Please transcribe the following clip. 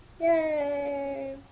Yay